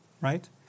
Right